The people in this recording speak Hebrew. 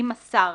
אם מסר,